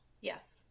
yes